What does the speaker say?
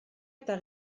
eta